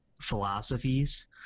philosophies